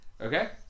Okay